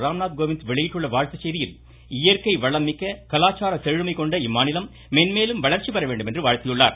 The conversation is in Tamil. ராம்நாத் கோவிந்த் வெளியிட்டுள்ள வாழ்த்துச் செய்தியில் இயற்கை வளம் மிக்க கலாச்சார செழுமைகொண்ட இம்மாநிலம் மென்மேலும் வளர்ச்சிபெற வேண்டுமென்று கூறியுள்ளார்